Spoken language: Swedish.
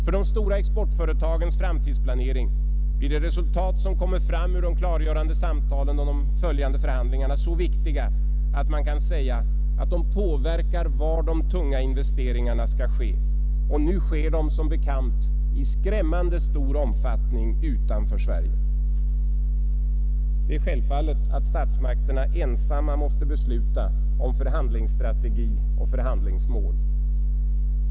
För de stora exportföretagens framtidsplanering blir de resultat, som kommer fram av de klargörande samtalen om de följande förhandlingarna, så viktiga att man kan säga, att de påverkar förläggningen av de tunga investeringarna. Nu sker dessa som bekant i skrämmande stor omfattning utanför Sverige. Det är självfallet att statsmakterna ensamma måste besluta om förhandlingsstrategi och förhandlingsmål.